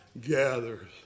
gathers